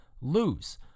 lose